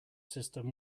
system